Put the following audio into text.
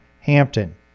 Hampton